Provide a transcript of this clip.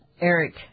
Eric